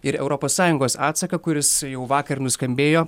ir europos sąjungos atsaką kuris jau vakar nuskambėjo